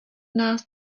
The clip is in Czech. nás